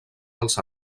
als